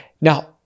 Now